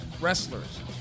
Wrestlers